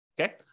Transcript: Okay